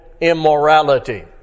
immorality